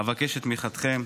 אבקש את תמיכתכם.